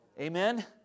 Amen